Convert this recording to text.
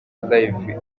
live